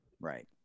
right